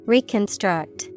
Reconstruct